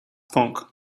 punk